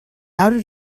outed